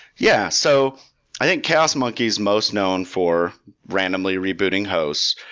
yeah. so i think chaos monkey is most known for randomly rebooting host.